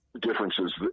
differences